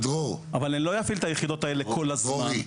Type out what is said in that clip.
אני לא אפעיל את היחידות האלה כל הזמן,